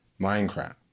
Minecraft